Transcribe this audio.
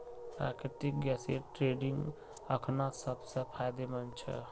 प्राकृतिक गैसेर ट्रेडिंग अखना सब स फायदेमंद छ